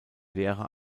lehrer